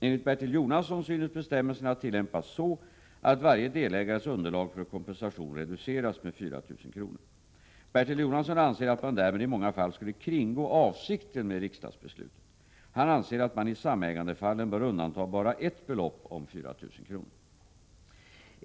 Enligt Bertil Jonasson synes bestämmelserna tillämpas så att varje delägares underlag för kompensation reduceras med 4 000 kr. Bertil Jonasson anser att man därmed i många fall skulle kringgå avsikten med riksdagsbeslutet. Han anser att man i samägandefallen bör undanta bara ett belopp om 4 000 kr.